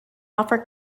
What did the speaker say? offer